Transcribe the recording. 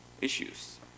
issues